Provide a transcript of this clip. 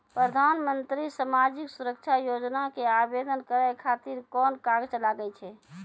प्रधानमंत्री समाजिक सुरक्षा योजना के आवेदन करै खातिर कोन कागज लागै छै?